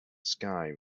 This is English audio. sky